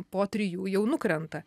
po trijų jau nukrenta